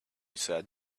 said